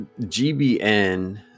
GBN